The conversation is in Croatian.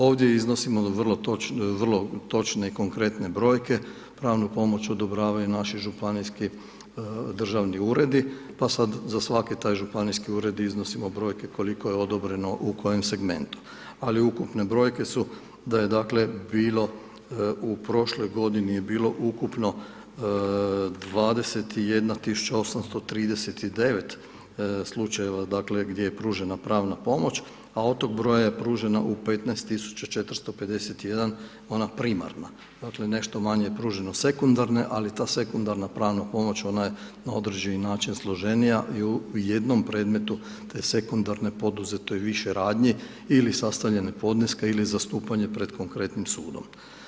Ovdje iznosimo vrlo točne i konkretne brojke, pravnu pomoć odobravaju naši županijski državni uredi pa sad za svaki taj županijski ured iznosimo brojke koliko je odobreno u kojem segmentu ali ukupne brojke su da je dakle bilo u prošloj godini je bilo ukupno 21 839 slučajeva dakle gdje je pružena pravna pomoć a od tog broja je pružena u 15 451 ona primarna, dakle nešto manje je pružena u sekundarnoj ali ta sekundarna pravna pomoć, ona je na određeni način složenija i u jednom predmetu te sekundarne je poduzeto više radnji ili sastavljanje podneska ili zastupanje pred konkretnim sudom.